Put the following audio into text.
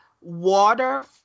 Water